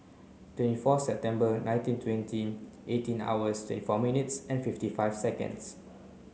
twenty four September nineteen twenty eighteen hours twenty four minutes and fifty five seconds